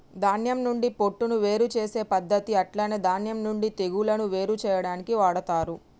ధాన్యం నుండి పొట్టును వేరు చేసే పద్దతి అట్లనే ధాన్యం నుండి తెగులును వేరు చేయాడానికి వాడతరు